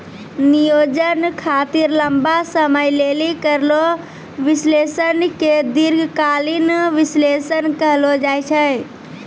नियोजन खातिर लंबा समय लेली करलो विश्लेषण के दीर्घकालीन विष्लेषण कहलो जाय छै